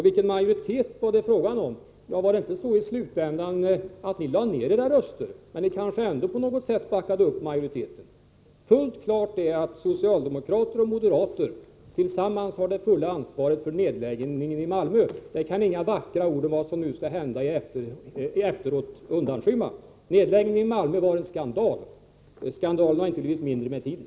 Vilken majoritet var det fråga om? Lade inte ni, i slutänden, ned era röster? Men ni kanske ändå på något sätt backade upp majoriteten. Fullt klart är att socialdemokrater och moderater tillsammans har det fulla ansvaret för nedläggningen i Malmö. Det kan inga vackra ord om vad som skall hända efteråt undanskymma. Nedläggningen i Malmö var en skandal. Skandalen har inte blivit mindre med tiden.